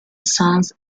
songs